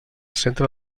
centre